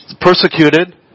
persecuted